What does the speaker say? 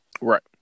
Right